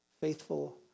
faithful